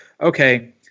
okay